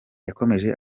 yakomeje